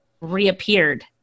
reappeared